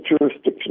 jurisdiction